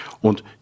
Und